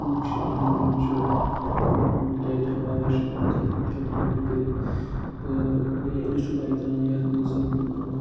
حقوٗق چھِ اِہِنٛدۍ یِم چھِ یِمَن کیاہ کیاہ پاوَر چھُ پانَس اَتھِ یِم کیاہ کیاہ ہیٚکَن کٔرِتھ تہٕ واریاہ اِنَسچوٗٹ آیہِ ترٛاونہٕ یَتھ مَنٛز